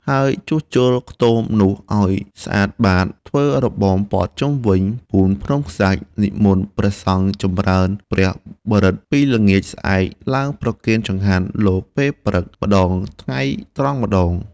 ហើយជួសជុលខ្ទមនោះឲ្យស្អាតបាតល្អ ធ្វើរបងព័ទ្ធជុំវិញ ពូនភ្នំខ្សាច់ និមន្តព្រះសង្ឃចម្រើនព្រះបរិត្តពីល្ងាចស្អែកឡើងប្រគេនចង្ហាន់លោក ពេលព្រឹកម្ដង ថ្ងៃត្រង់ម្ដង ។